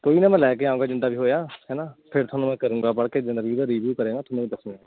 ਕੋਈ ਨਾ ਮੈਂ ਲੈ ਕੇ ਆਊਂਗਾ ਜਿੱਦਾਂ ਵੀ ਹੋਇਆ ਹੈ ਨਾ ਫਿਰ ਤੁਹਾਨੂੰ ਮੈਂ ਕਰੂੰਗਾ ਪੜ੍ਹ ਕੇ ਰਿਵਿਊ ਕਰਿਆ ਨਾ ਤੁਹਾਨੂੰ ਮੈਂ ਦੱਸੂੰਗਾ